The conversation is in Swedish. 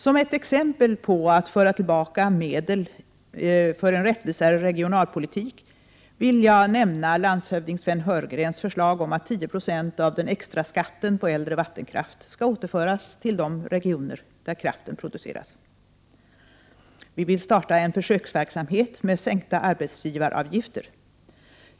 Som ett exempel på detta med att föra tillbaka medel för att åstadkomma en rättvisare regionalpolitik vill jag nämna landshövding Sven Heurgrens förslag om att 10 22 av den extra skatten på äldre vattenkraft skall återföras till de regioner där kraften produceras. Vi vill starta en försöksverksamhet med sänkta arbetsgivaravgifter.